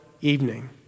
evening